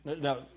Now